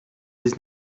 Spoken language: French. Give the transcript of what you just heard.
dix